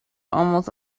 almost